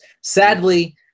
sadly –